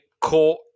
caught